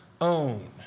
own